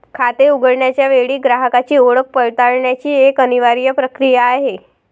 खाते उघडण्याच्या वेळी ग्राहकाची ओळख पडताळण्याची एक अनिवार्य प्रक्रिया आहे